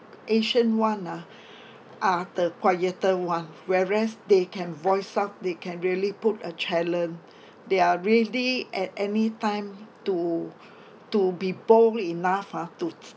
asian [one] ah are the quieter one whereas they can voice out they can really put a challenge they are ready at any time to to be bold enough ah to ch~